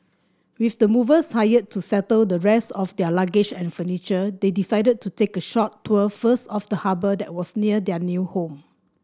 with the movers hired to settle the rest of their luggage and furniture they decided to take a short tour first of the harbour that was near their new home